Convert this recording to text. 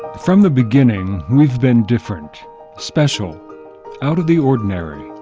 from the beginning we've been different special out of the ordinary.